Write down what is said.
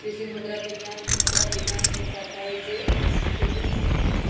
कृषि मृदा विज्ञान मृदा विज्ञान के एक शाखा हई जो एडैफिक